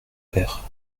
père